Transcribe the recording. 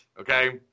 okay